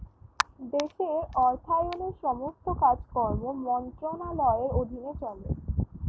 দেশের অর্থায়নের সমস্ত কাজকর্ম মন্ত্রণালয়ের অধীনে চলে